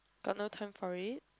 got no time for it